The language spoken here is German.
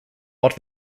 ort